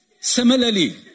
Similarly